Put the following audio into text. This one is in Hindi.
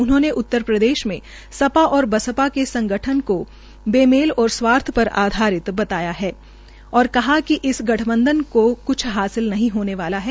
उन्होंने उत्तरप्रदेश में सपा बसपा के गठबंधन का बेमेल और स्वार्थ पर आधारित बताया है और कहा कि इस गठबंधन का कुछ हासिल नहीं हामे वाला है